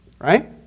Right